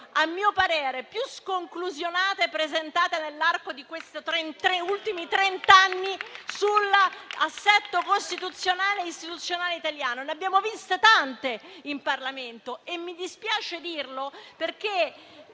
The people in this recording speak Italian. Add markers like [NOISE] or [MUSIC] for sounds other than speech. a mio parere più sconclusionate presentate nell'arco di questi ultimi trent'anni sull'assetto costituzionale e istituzionale italiano e ne abbiamo viste tante in Parlamento. [APPLAUSE] Mi dispiace dirlo perché